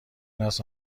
است